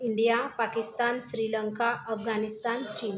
India Pakistan Sri Lanka Afghanistan चीन